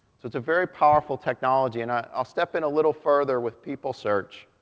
so it's a very powerful technology, and i'll step in a little further with people search.